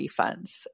refunds